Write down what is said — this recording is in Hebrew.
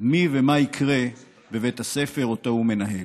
מי ומה יקרה בבית הספר שאותו הוא מנהל,